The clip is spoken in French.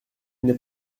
n’est